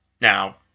now